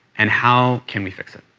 and how can we fix it?